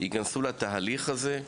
ייכנסו לתהליך הזה,